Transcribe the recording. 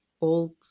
old